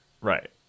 Right